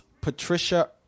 Patricia